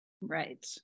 right